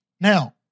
Now